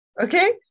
Okay